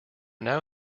now